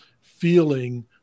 feeling